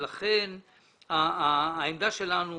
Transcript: לכן העמדה שלנו,